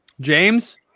James